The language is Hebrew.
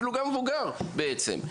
אפילו גם מבוגר בעצם,